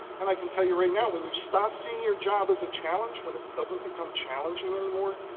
and i can tell you right now when you stop seeing your job as a challenge when it doesn't become challenging anymore,